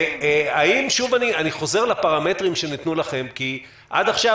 אני חוזר לפרמטרים שנתנו לכם כי עד עכשיו,